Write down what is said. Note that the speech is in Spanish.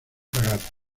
fragata